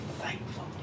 thankful